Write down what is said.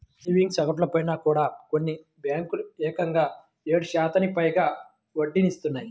savings అకౌంట్లపైన కూడా కొన్ని బ్యేంకులు ఏకంగా ఏడు శాతానికి పైగా వడ్డీనిత్తన్నాయి